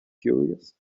curious